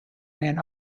ran